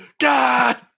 God